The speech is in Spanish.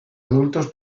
adultos